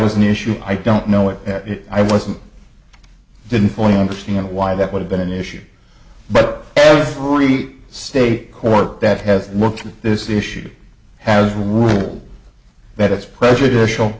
was an issue i don't know what i wasn't didn't fully understand why that would have been an issue but every state court that has worked on this issue has ruled that it's prejudicial